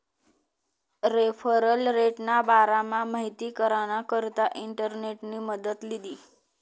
referral रेटना बारामा माहिती कराना करता इंटरनेटनी मदत लीधी